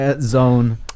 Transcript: zone